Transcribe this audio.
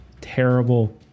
terrible